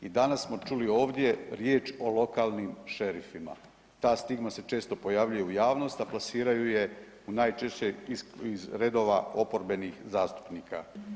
I danas smo čuli ovdje riječ o lokalnim šerifima, ta stigma se često pojavljuje u javnost, a plasiraju je najčešće iz redova oporbenih zastupnika.